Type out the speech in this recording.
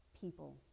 people